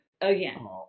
again